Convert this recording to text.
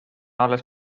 alles